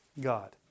God